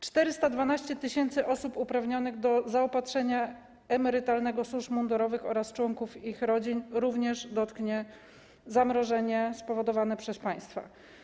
412 tys. osób uprawnionych do zaopatrzenia emerytalnego służb mundurowych oraz członków ich rodzin również dotknie spowodowane przez państwa zamrożenie.